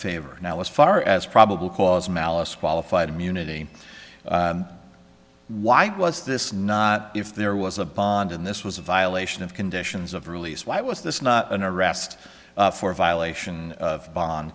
favor now as far as probable cause malice qualified immunity why was this not if there was a bond and this was a violation of conditions of release why was this not an arrest for violation of bond